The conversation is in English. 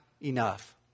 enough